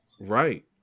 Right